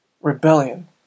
rebellion